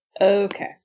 Okay